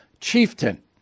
chieftain